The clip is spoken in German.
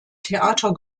theater